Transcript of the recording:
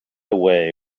away